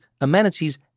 amenities